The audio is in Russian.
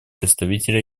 представителя